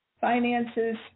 finances